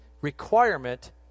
requirement